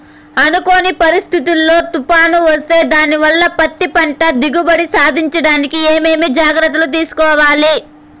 అనుకోని పరిస్థితుల్లో తుఫాను వస్తే దానివల్ల పత్తి పంట దిగుబడి సాధించడానికి ఏమేమి జాగ్రత్తలు తీసుకోవాలి?